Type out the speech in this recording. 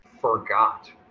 forgot